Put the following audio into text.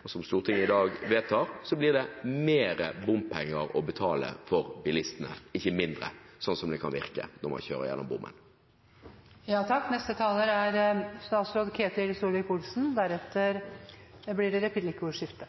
og som Stortinget i dag vedtar, blir det mer bompenger å betale for bilistene, ikke mindre, som det kan virke som når man kjører gjennom bomstasjonen. For regjeringen er det